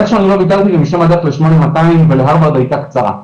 איזשהו אני לא וויתרתי ומשמה הדרך ל-8200 ולהארוורד הייתה קצרה.